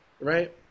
Right